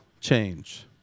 change